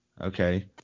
Okay